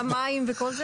התפלאתי שלא אמרתם את זה.